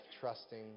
trusting